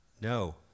No